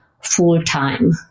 full-time